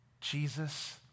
Jesus